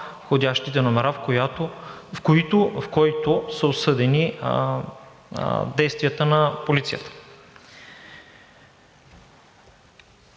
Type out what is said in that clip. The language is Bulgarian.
входящите номера, в които са осъдени действията на полицията.